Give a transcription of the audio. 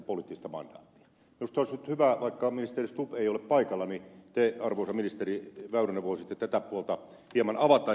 minusta olisi nyt hyvä vaikka ministeri stubb ei ole paikalla jos te arvoisa ministeri väyrynen voisitte tätä puolta hieman avata